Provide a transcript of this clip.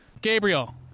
Gabriel